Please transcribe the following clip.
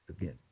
again